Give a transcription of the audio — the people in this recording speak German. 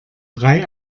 drei